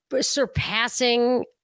surpassing